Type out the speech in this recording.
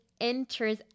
enters